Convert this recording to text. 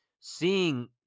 seeing